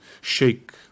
shake